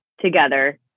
together